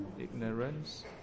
ignorance